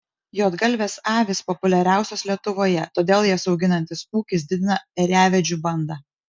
juodgalvės avys populiariausios lietuvoje todėl jas auginantis ūkis didina ėriavedžių bandą